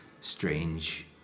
strange